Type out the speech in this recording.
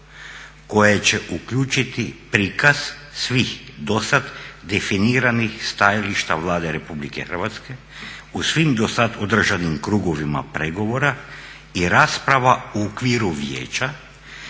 koje će uključiti prikaz svih dosad definiranih stajališta Vlade RH o svim dosad održanim krugovima pregovora i rasprava u okviru vijeća